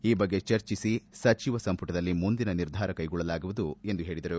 ಈ ಬಗ್ಗೆ ಚರ್ಚಿಸಿ ಸಚಿವ ಸಂಮಟದಲ್ಲಿ ಮುಂದಿನ ನಿರ್ಧಾರ ಕೈಗೊಳ್ಳಲಾಗುವುದು ಎಂದು ಹೇಳಿದರು